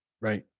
Right